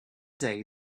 day